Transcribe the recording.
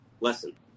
lesson